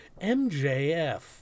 MJF